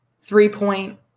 three-point